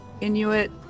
Inuit